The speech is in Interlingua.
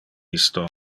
isto